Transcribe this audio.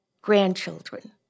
grandchildren